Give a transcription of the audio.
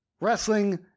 wrestling